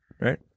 right